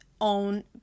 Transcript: own